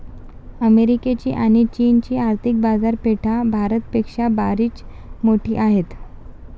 अमेरिकेची आणी चीनची आर्थिक बाजारपेठा भारत पेक्षा बरीच मोठी आहेत